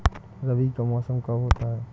रबी का मौसम कब होता हैं?